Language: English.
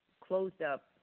closed-up